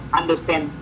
understand